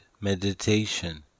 Meditation